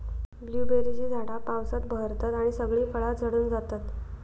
ब्लूबेरीची झाडा पावसात बहरतत आणि सगळी फळा झडून जातत